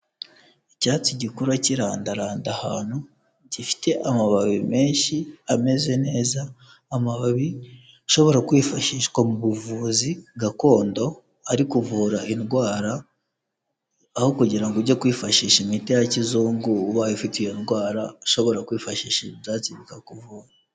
Icyatsi gikura kirandarananda ahantu, gifite amababi menshi ameze neza, amababi ashobora kwifashishwa mu buvuzi gakondo ari kuvura indwara, aho kugira ngo ujye kwifashisha imiti ya kizungu ubaye ufite iyo ndwara ushobora kwifashisha ibi byatsi bikakuvura.